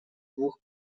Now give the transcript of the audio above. двух